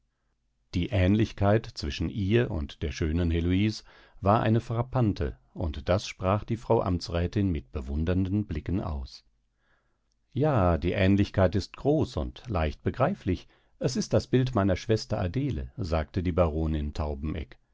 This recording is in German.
die aehnlichkeit zwischen ihr und der schönen heloise war eine frappante und das sprach die frau amtsrätin mit bewundernden blicken aus ja die aehnlichkeit ist groß und leicht begreiflich es ist das bild meiner schwester adele sagte die baronin taubeneck